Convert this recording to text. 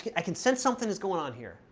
i can sense something is going on here.